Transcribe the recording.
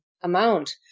amount